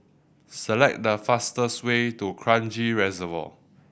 select the fastest way to Kranji Reservoir